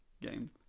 game